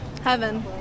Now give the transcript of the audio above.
Heaven